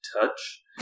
touch